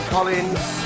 Collins